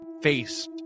face